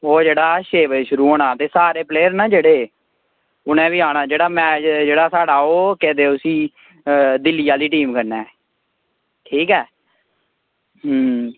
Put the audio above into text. ओह् जेहड़ा छे बजे शुरु होना ते सारे प्लेयर ना जेहडे़ उनें बी आना जेहड़ा मैच जेहड़ा साढ़ा ओह् केह् आक्खदे उसी दिल्ली आहली टीम कन्नै ठीक ऐ हूं